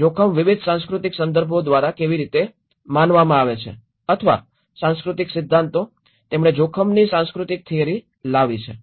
જોખમ વિવિધ સાંસ્કૃતિક સંદર્ભો દ્વારા કેવી રીતે માનવામાં આવે છે અથવા સાંસ્કૃતિક સિદ્ધાંતો તેમણે જોખમની સાંસ્કૃતિક થિયરી લાવી છે